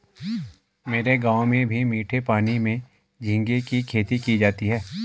मेरे गांव में भी मीठे पानी में झींगे की खेती की जाती है